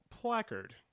placard